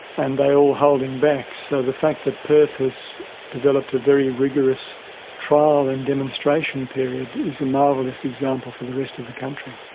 and they are all holding back. so the fact that perth has developed a very rigorous trial and demonstration period is a marvellous example for the rest of the country.